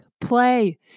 Play